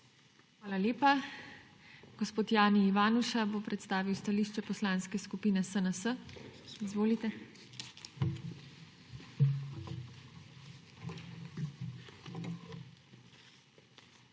Hvala lepa. Gospod Jani Ivanuša bo predstavil stališče Poslanske skupine SNS. Izvolite. **JANI